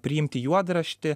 priimti juodraštį